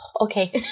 okay